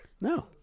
No